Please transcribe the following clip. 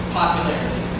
popularity